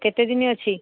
କେତେ ଦିନ ଅଛି